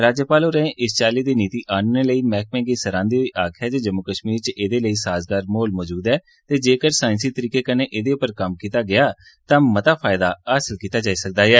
राज्यपाल होरें इस चाली दी नीति आनने लेई मैहकमे गी सहरान्दे होई आक्खेया जे जम्मू कश्मीर च एदे लेई साजगार माहौल मौजूद ऐ ते जेकर साईंसी तरीके कन्नै एदे पर कम्म कीता गेया तां मता फायदा हासल कीता जाई सकदा ऐ